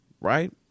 Right